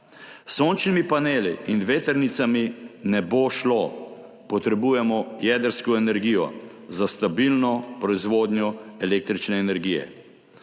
sončnimi paneli in vetrnicami ne bo šlo, potrebujemo jedrsko energijo za stabilno proizvodnjo električne energije.